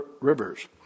rivers